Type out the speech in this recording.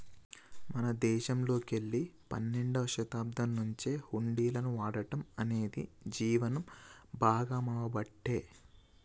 మన దేశంలోకెల్లి పన్నెండవ శతాబ్దం నుంచే హుండీలను వాడటం అనేది జీవనం భాగామవ్వబట్టే